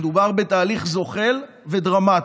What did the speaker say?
מדובר בתהליך זוחל ודרמטי,